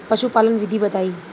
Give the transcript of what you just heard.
पशुपालन विधि बताई?